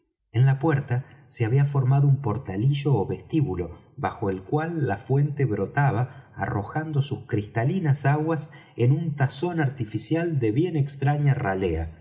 en la puerta se había formado un portalillo ó vestíbulo bajo el cual la fuente brotaba arrojando sus cristalinas aguas en un tazón artificial de bien extraña ralea